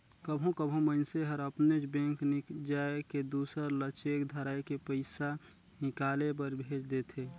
कभों कभों मइनसे हर अपनेच बेंक नी जाए के दूसर ल चेक धराए के पइसा हिंकाले बर भेज देथे